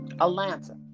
Atlanta